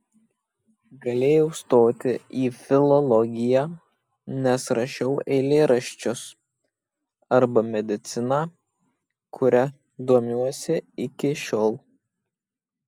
galėjau stoti į filologiją nes rašiau eilėraščius arba mediciną kuria domiuosi iki šiol